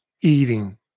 eating